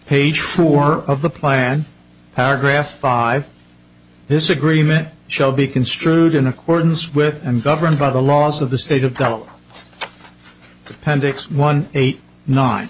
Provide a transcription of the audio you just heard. page four of the plan paragraph five this agreement shall be construed in accordance with and governed by the laws of the state of delaware appendix one eight nine